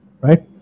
right